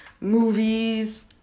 movies